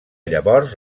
llavors